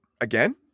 again